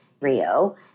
Rio